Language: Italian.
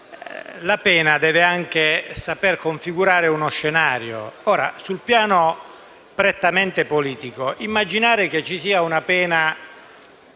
ma essa deve anche saper configurare uno scenario. Sul piano prettamente politico, immaginare che ci sia una pena